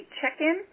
check-in